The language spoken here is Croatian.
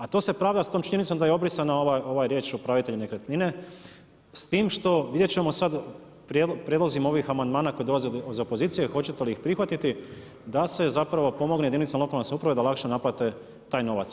A to se pravda sa tom činjenicom da je obrisana ova riječ „upravitelj nekretnine“ s tim što vidjet ćemo sad prijedlozima ovih amandmana koji dolaze iz opozicije hoćete li ih prihvatiti da se zapravo pomogne jedinicama lokalne samouprave da lakše naplate taj novac.